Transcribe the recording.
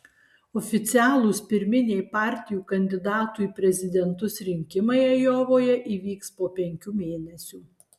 oficialūs pirminiai partijų kandidatų į prezidentus rinkimai ajovoje įvyks po penkių mėnesių